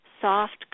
soft